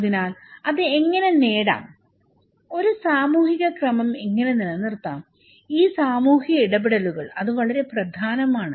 അതിനാൽ അത് എങ്ങനെ നേടാം ആ സാമൂഹിക ക്രമം എങ്ങനെ നിലനിർത്താം ഈ സാമൂഹിക ഇടപെടലുകൾഅത് വളരെ പ്രധാനമാണ്